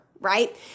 right